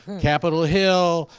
capital hill,